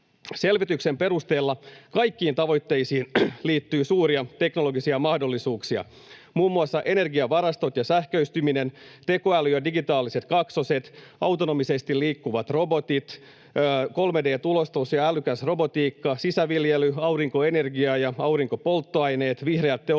Selvityksen perusteella kaikkiin tavoitteisiin liittyy suuria teknologisia mahdollisuuksia, muun muassa energiavarastot ja sähköistyminen, tekoäly ja digitaaliset kaksoset, autonomisesti liikkuvat robotit, 3D-tulostus ja älykäs robotiikka, sisäviljely, aurinkoenergia ja aurinkopolttoaineet, vihreät teolliset